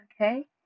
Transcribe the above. Okay